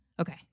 Okay